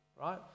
right